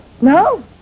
no